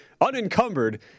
unencumbered